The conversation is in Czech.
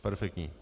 Perfektní.